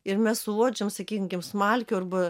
ir mes suuodžiame sakykim smalkių arba